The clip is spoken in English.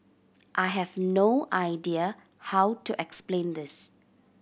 I have no idea how to explain this